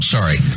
Sorry